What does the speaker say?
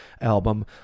album